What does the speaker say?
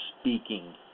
speaking